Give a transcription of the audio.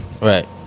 Right